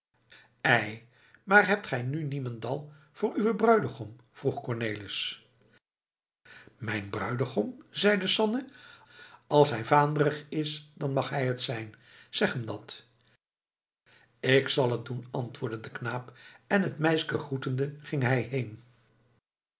ei maar hebt gij nu niemendal voor uwen bruidegom vroeg cornelis mijn bruidegom zeide sanne als hij vaandrig is dan mag hij het zijn zeg hem dat ik zal het doen antwoordde de knaap en het meisken groetende ging hij heen